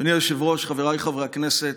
אדוני היושב-ראש, חבריי חברי הכנסת,